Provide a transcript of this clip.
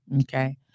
Okay